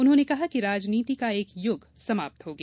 उन्होंने कहा कि राजनीति का एक युग समाप्त हो गया